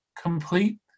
complete